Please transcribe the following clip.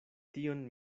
tion